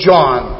John